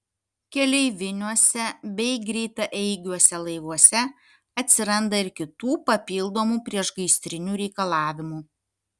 keleiviniuose bei greitaeigiuose laivuose atsiranda ir kitų papildomų priešgaisrinių reikalavimų